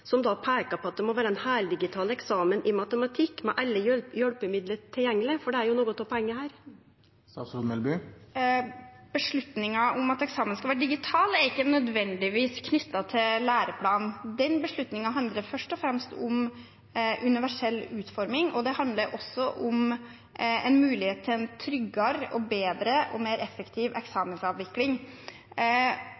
som peiker på at det må vere ein heildigital eksamen i matematikk med alle hjelpemiddel tilgjengelege. Det er jo noko av poenget her. Beslutningen om at eksamenen skal være digital, er ikke nødvendigvis knyttet til læreplanen. Den beslutningen handler først og fremst om universell utforming, og det handler også om mulighet til en tryggere, bedre og mer effektiv